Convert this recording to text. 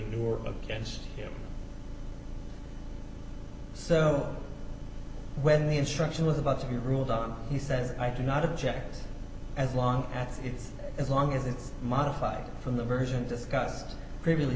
e against him so when the instruction was about to be ruled on he said i do not object as long as it's as long as it's modified from the version discussed previously